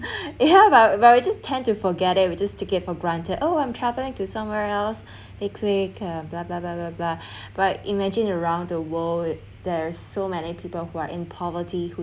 yeah but but I just tend to forget it we just took it for granted oh I'm travelling to somewhere else next week or but imagine around the world there's so many people who are in poverty